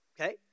okay